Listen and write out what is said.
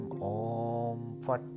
om